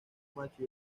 macho